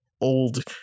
old